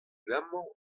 amañ